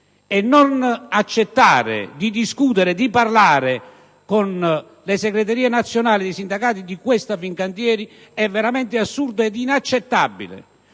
e non accettare di parlare con le segreterie nazionali dei sindacati di Fincantieri è veramente assurdo e inaccettabile,